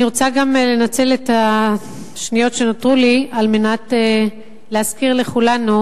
אני רוצה לנצל את השניות שנותרו לי על מנת להזכיר לכולנו